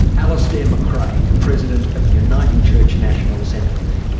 alistair macrae, the president of the uniting church national assembly there.